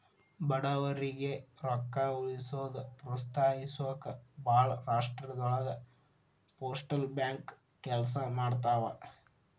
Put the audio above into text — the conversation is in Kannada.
ಬಡವರಿಗಿ ರೊಕ್ಕ ಉಳಿಸೋಕ ಪ್ರೋತ್ಸಹಿಸೊಕ ಭಾಳ್ ರಾಷ್ಟ್ರದೊಳಗ ಪೋಸ್ಟಲ್ ಬ್ಯಾಂಕ್ ಕೆಲ್ಸ ಮಾಡ್ತವಾ